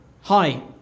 Hi